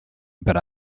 but